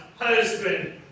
husband